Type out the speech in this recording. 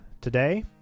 today